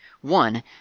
One